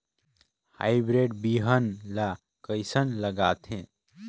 Hybrid बिहान ला कइसन लगाथे?